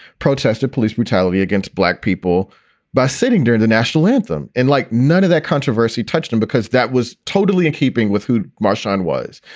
protested police brutality against black people by sitting doing the national anthem. and like none of that controversy touched him because that was totally in keeping with who marshawn was.